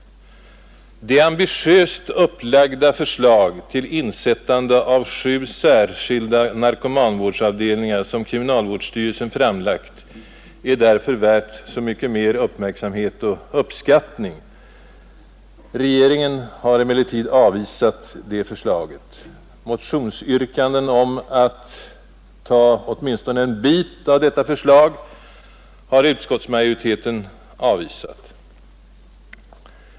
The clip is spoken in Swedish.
Det ambitiöst upplagda förslag till inrättande av sju särskilda narkomanvårdsavdelningar som kriminalvårdsstyrelsen framlagt är därför värt så mycket mer uppmärksamhet och uppskattning. Regeringen har emellertid avvisat det förslaget. Motionsyrkanden om att genomföra åtminstone en bit av detta förslag har utskottsmajoriteten avvisat.